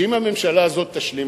שאם הממשלה הזאת תשלים,